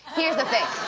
here's the thing